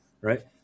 right